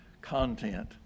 content